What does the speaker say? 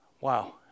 Wow